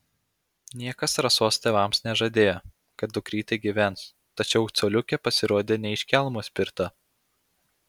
niekas rasos tėvams nežadėjo kad dukrytė gyvens tačiau coliukė pasirodė ne iš kelmo spirta